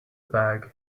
bag